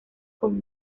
con